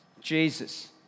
Jesus